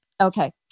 Okay